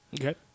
Okay